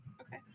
Okay